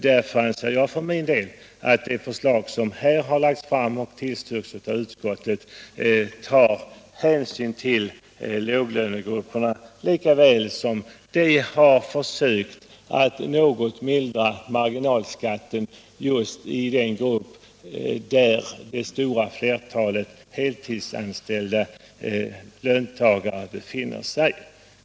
Därför anser jag för min del att det förslag som lagts fram av regeringen och tillstyrkts av utskottet tar hänsyn till låglönegrupperna, samtidigt som det är ett försök att något mildra marginalskatten just i de inkomstskikt där det stora flertalet heltidsanställda löntagare befinner sig.